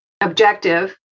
objective